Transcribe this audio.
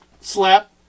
slap